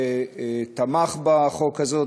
שתמך בחוק הזה,